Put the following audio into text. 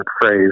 phrase